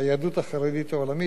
עזבו את העם היהודי לנפשו",